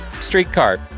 streetcar